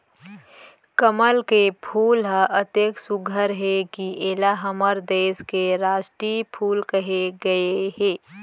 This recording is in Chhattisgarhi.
कमल के फूल ह अतेक सुग्घर हे कि एला हमर देस के रास्टीय फूल कहे गए हे